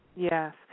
Yes